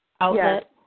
outlet